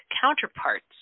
counterparts